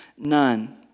None